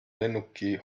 lennuki